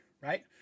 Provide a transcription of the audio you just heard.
right